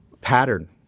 pattern